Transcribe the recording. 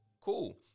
Cool